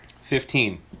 Fifteen